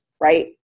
right